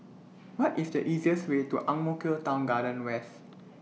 What IS The easiest Way to Ang Mo Kio Town Garden West